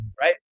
right